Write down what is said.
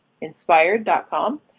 inspired.com